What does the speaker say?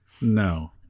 No